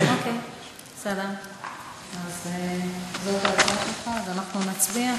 אוקיי, זאת ההצעה שלך, אז אנחנו נצביע.